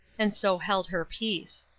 and so held her peace.